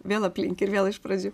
vėl aplink ir vėl iš pradžių